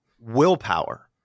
willpower